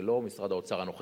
זה לא משרד האוצר הנוכחי,